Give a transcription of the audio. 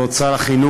כבוד שר החינוך,